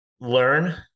learn